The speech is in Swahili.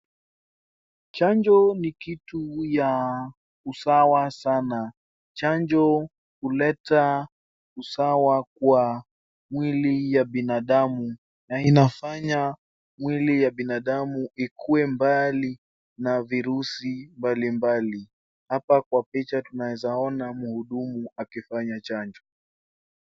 Chanjo ni kitu cha usawa sana. Chanjo huleta usawa kwa mwili ya binadamu na inafanya mwili ya binadamu ikuwe mbali na virusi mbali mbali. Hapa kwa picha tunaeza ona mhudumu akifanya chanjo.